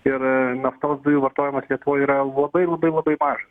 ir naftos dujų vartojimas lietuvoj yra labai labai labai mažas